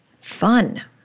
Fun